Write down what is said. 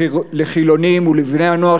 לחילונים ולבני-הנוער,